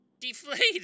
Deflated